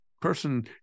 person